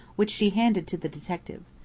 which she handed to the detective.